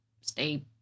stay